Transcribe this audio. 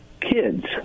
kids